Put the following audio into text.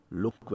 look